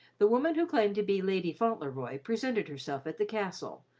the woman who claimed to be lady fauntleroy presented herself at the castle,